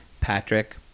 Patrick